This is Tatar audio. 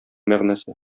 мәгънәсе